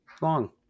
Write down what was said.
long